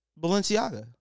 Balenciaga